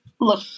look